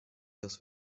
das